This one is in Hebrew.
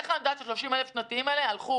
איך אני יודעת שה-30,000 שקל בשנה האלה הלכו